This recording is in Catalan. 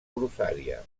grossària